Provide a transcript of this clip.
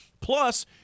Plus